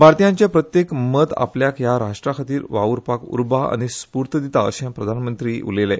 भारतीयांचे प्रत्येक मत आपल्याक ह्या राष्ट्राखातीर वाव्रपाक उर्बा आनी स्फूर्त दिता अशे प्रधानमंत्री उलयले